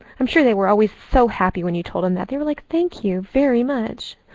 i'm sure they were always so happy when you told them that. they were like, thank you very much.